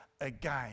again